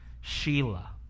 Sheila